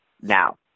now